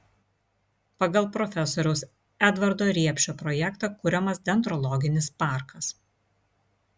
pagal profesoriaus edvardo riepšo projektą kuriamas dendrologinis parkas